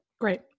Great